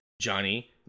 Johnny